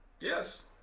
Yes